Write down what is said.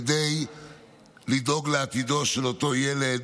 כדי לדאוג לעתידו של אותו ילד.